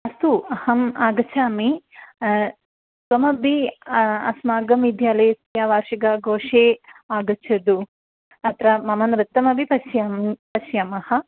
अस्तु अहम् आगच्छामि त्वमपि अस्माकम् विद्यालयस्य वार्षिकाघोषे आगच्छतु अत्र मम नृत्यमपि पश्य पश्यामः